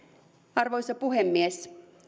arvoisa puhemies